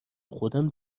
خودم